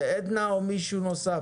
זה עדנה או שיש פה מישהו נוסף?